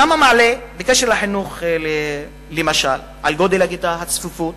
בקשר לחינוך, למשל, גודל הכיתה והצפיפות,